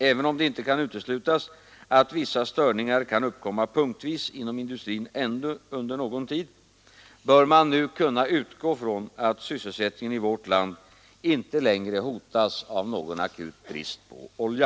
Även om det inte kan uteslutas att vissa störningar kan uppkomma punktvis inom industrin under ännu någon tid, bör man nu kunna utgå från att sysselsättningen i vårt land inte längre hotas av någon akut brist på olja.